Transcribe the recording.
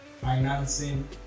financing